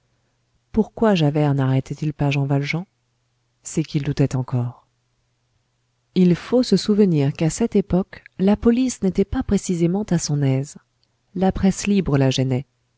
pourquoi javert narrêtait il pas jean valjean c'est qu'il doutait encore il faut se souvenir qu'à cette époque la police n'était pas précisément à son aise la presse libre la gênait